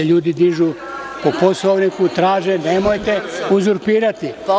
Ljudi dižu po Poslovniku, traže, nemojte uzurpirati.